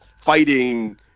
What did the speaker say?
fighting